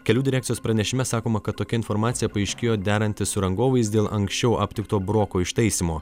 kelių direkcijos pranešime sakoma kad tokia informacija paaiškėjo derantis su rangovais dėl anksčiau aptikto broko ištaisymo